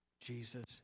Jesus